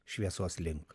šviesos link